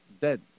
dead